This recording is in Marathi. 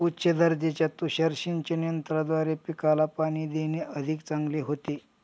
उच्च दर्जाच्या तुषार सिंचन यंत्राद्वारे पिकाला पाणी देणे अधिक चांगले होते